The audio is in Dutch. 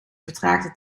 vertraagde